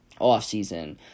offseason